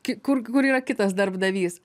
ki kur kur yra kitas darbdavys